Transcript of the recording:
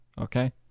Okay